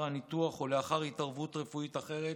הניתוח או לאחר התערבות רפואית אחרת,